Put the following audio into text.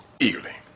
Eagerly